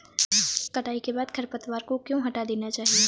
कटाई के बाद खरपतवार को क्यो हटा देना चाहिए?